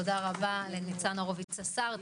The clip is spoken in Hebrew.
תודה רבה לניצן הורוביץ השר,